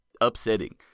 upsetting